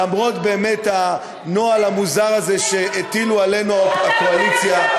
למרות באמת הנוהל המוזר הזה שהטילו עלינו הקואליציה,